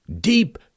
deep